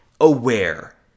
aware